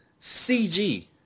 CG